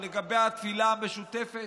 לגבי התפילה המשותפת.